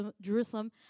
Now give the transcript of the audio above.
Jerusalem